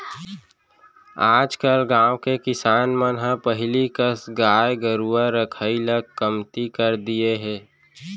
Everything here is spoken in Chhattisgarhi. आजकल गाँव के किसान मन ह पहिली कस गाय गरूवा रखाई ल कमती कर दिये हें